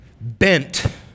bent